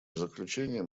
заключение